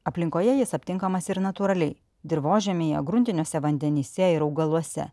aplinkoje jis aptinkamas ir natūraliai dirvožemyje gruntiniuose vandenyse ir augaluose